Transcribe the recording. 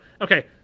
Okay